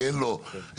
כי אין לו לתת,